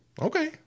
okay